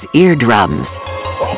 eardrums